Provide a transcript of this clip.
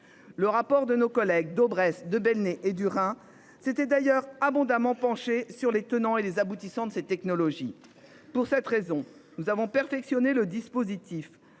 Le rapport de nos collègues Daubresse de Belenet et du hein. C'était d'ailleurs abondamment penché sur les tenants et les aboutissants de cette technologie. Pour cette raison nous avons perfectionné le dispositif